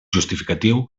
justificatiu